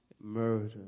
murder